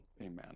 Amen